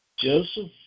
Joseph